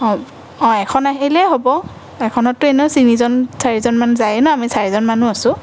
অঁ অঁ এখন আহিলেই হ'ব এখনততো এনেও তিনিজন চাৰিজনমান যায়েই ন আমি চাৰিজন মানুহ আছোঁ